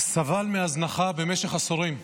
סבל מהזנחה במשך עשורים.